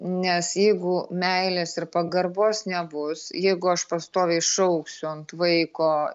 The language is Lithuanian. nes jeigu meilės ir pagarbos nebus jeigu aš pastoviai šauksiu ant vaiko